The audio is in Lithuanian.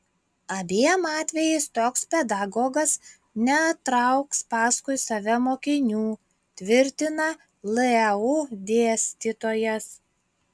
abiem atvejais toks pedagogas netrauks paskui save mokinių tvirtina leu dėstytojas